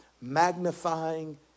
magnifying